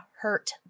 hurt